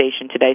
today